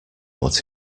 what